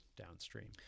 downstream